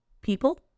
people